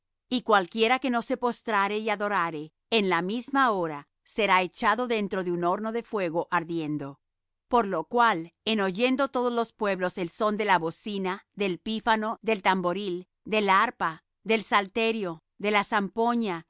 y cualquiera que no se postrare y adorare en la misma hora será echado dentro de un horno de fuego ardiendo por lo cual en oyendo todos los pueblos el son de la bocina del pífano del tamboril del arpa del salterio de la zampoña y